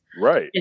Right